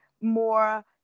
more